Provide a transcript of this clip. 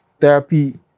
therapy